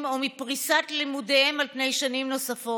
או מפריסת לימודיהם על פני שנים נוספות.